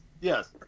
Yes